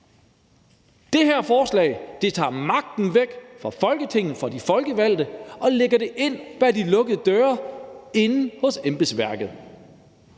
Det her forslag tager magten væk fra Folketinget, fra de folkevalgte, og lægger den ind bag de lukkede døre inde hos embedsværket.